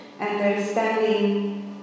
understanding